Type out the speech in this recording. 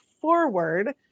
forward